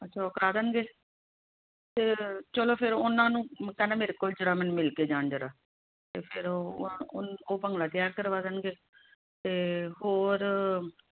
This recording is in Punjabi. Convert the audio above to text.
ਅੱਛਾ ਉਹ ਕਰਾ ਦੇਣਗੇ ਅਤੇ ਚਲੋ ਫਿਰ ਉਹਨਾਂ ਨੂੰ ਕਹਿਣਾ ਮੇਰੇ ਕੋਲ ਜਰਾ ਮੈਨੂੰ ਮਿਲ ਕੇ ਜਾਣ ਜਰਾ ਅਤੇ ਫਿਰ ਉਹ ਭੰਗੜਾ ਤਿਆਰ ਕਰਵਾ ਦੇਣਗੇ ਅਤੇ ਹੋਰ